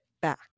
back